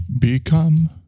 Become